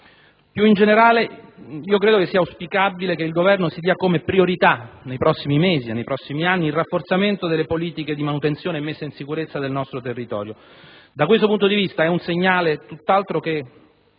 Più in generale, credo sia auspicabile che il Governo si dia come priorità, nei prossimi mesi e nei prossimi anni, il rafforzamento delle politiche di manutenzione e messa in sicurezza del nostro territorio. Da questo punto di vista è un segnale tutt'altro che